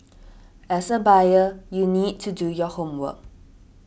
as a buyer you need to do your homework